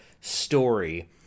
story